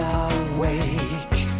awake